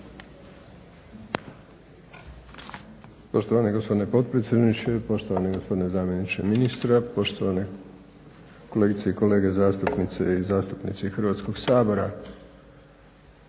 Poštovani gospodine potpredsjedniče, poštovani gospodine zamjeniče ministra, poštovane kolegice i kolege zastupnice i zastupnici Hrvatskog sabora.